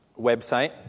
website